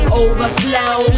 overflow